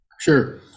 Sure